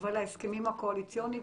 ועל ההסכמים הקואליציוניים,